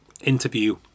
interview